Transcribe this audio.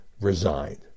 resigned